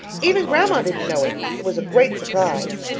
even grandma didn't know it. it was a great surprise.